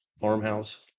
farmhouse